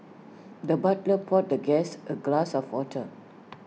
the butler poured the guest A glass of water